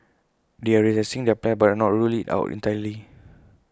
they are reassessing their plans but have not ruled IT out entirely